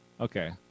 Okay